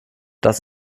das